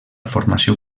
formació